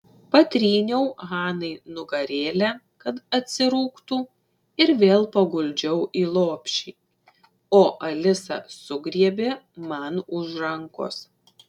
patryniau hanai nugarėlę kad atsirūgtų ir vėl paguldžiau į lopšį o alisa sugriebė man už rankos